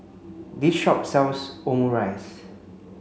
this shop sells Omurice